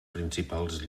principals